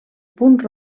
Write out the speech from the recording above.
punt